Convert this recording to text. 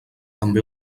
també